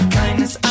kindness